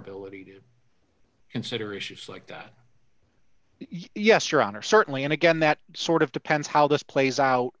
ability to consider issues like that yes your honor certainly and again that sort of depends how this plays out